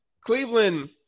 Cleveland